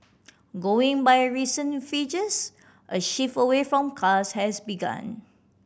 going by recent figures a shift away from cars has begun